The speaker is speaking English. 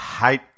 hate